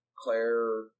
Claire